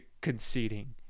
conceding